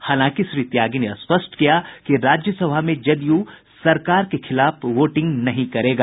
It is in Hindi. हालांकि श्री त्यागी ने स्पष्ट किया कि राज्यसभा में जदयू सरकार के खिलाफ वोटिंग नहीं करेगा